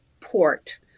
Port